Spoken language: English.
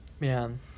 Man